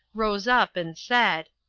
rose up, and said,